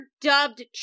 dubbed